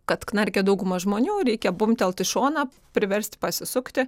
kad knarkia dauguma žmonių reikia bumbtelt į šoną priversti pasisukti